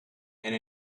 and